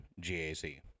GAC